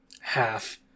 half